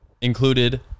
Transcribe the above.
included